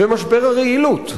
ומשבר הרעילות,